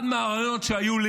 אחד מהרעיונות שהיו,